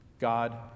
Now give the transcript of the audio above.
God